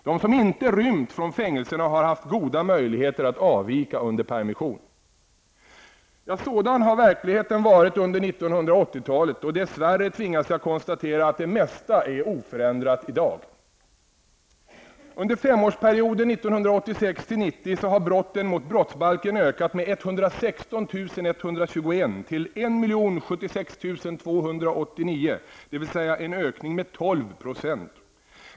De som inte rymt från fängelserna har haft goda möjligheter att avvika under permission. Sådan har verkligheten varit under 1980-talet och dess värre tvingas jag konstatera att det mesta är oförändrat i dag. en ökning med 12 %.